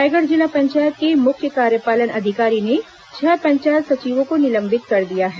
रायगढ़ जिला पंचायत के मुख्य कार्यपालन अधिकारी ने छह पंचायत सचिवों को निलंबित कर दिया है